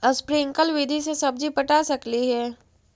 Sprinkle विधि से सब्जी पटा सकली हे?